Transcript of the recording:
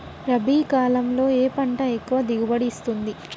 రబీ కాలంలో ఏ పంట ఎక్కువ దిగుబడి ఇస్తుంది?